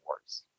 worse